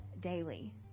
daily